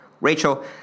Rachel